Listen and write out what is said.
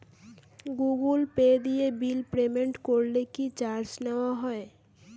Google Pay দিয়ে bill payment করলে কি চার্জ নেওয়া হয়?